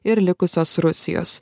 ir likusios rusijos